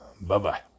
Bye-bye